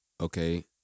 Okay